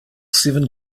seven